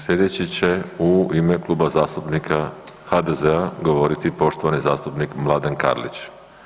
Sljedeći će u ime Kluba zastupnika HDZ-a govoriti poštovani zastupnik Mladen Karlić.